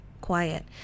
quiet